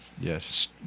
Yes